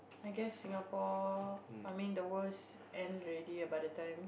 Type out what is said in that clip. I guess Singapore I mean the worlds end already by the time